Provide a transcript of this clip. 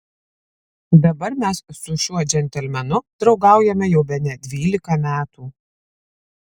dabar mes su šiuo džentelmenu draugaujame jau bene dvylika metų